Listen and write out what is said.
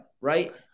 Right